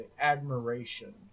admiration